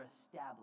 established